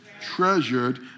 treasured